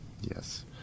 yes